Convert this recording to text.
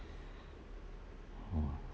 !wah!